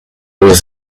was